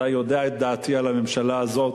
אתה יודע את דעתי על הממשלה הזאת